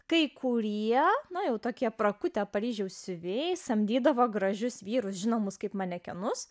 kai kurie na jau tokie prakutę paryžiaus siuvėjai samdydavo gražius vyrus žinomus kaip manekenus